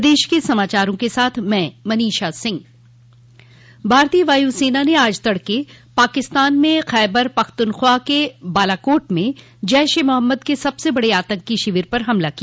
भारतीय वायुसेना ने आज तड़के पाकिस्तान में खैबर पखतुन्ख्वा के बालाकोट में जैश ए मोहम्मद के सबसे बड़े आतंकी शिविर पर हमला किया